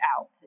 out